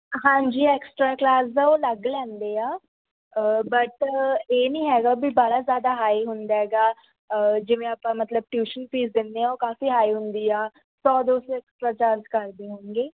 ਹਾਂਜੀ extra class ਦਾ ਉਹ ਅਲੱਗ ਲੈਂਦੇ ਆ ਬਟ ਇਹ ਨਹੀਂ ਹੈਗਾ ਵੀ ਬਾਹਲਾ ਜ਼ਿਆਦਾ ਹਾਈ ਹੁੰਦਾ ਹੈਗਾ ਜਿਵੇਂ ਆਪਾਂ ਮਤਲਬ ਟਿਊਸ਼ਨ ਫੀਸ ਦਿੰਦੇ ਹਾਂ ਉਹ ਕਾਫੀ ਹਾਈ ਹੁੰਦੀ ਆ ਸੌ ਦੋ ਸੌ ਐਕਸਟਰਾ ਚਾਰਜ ਕਰਦੇ ਹੋਣਗੇ